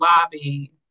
lobby